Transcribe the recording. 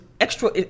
extra